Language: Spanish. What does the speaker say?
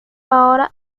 ahora